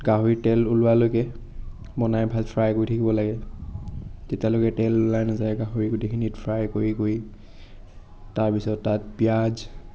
গাহৰি তেল ওলোৱালৈকে বনাই ফ্ৰাই কৰি থাকিব লাগে যেতিয়ালৈকে তেল ওলাই নাযায় গাহৰি গোটেইখিনি ফ্ৰাই কৰি কৰি তাৰপিছত তাত পিঁয়াজ